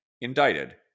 indicted